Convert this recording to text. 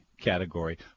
category